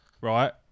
right